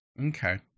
okay